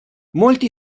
molti